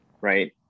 Right